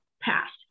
passed